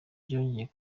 byongeye